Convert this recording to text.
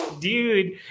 dude